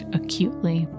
acutely